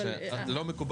לא,